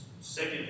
second